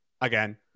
again